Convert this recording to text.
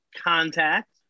Contact